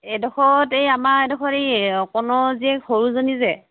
এই ডোখৰত এই আমাৰ এই ডোখৰত এই অকণৰ জীয়েক সৰুজনী যে